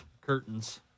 Curtains